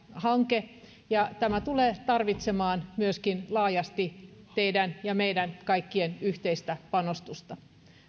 hanke ja tämä tulee tarvitsemaan laajasti teidän ja meidän kaikkien yhteistä panostusta